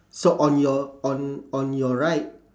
so on your on on your right